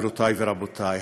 גבירותי ורבותי,